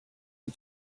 the